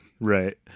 Right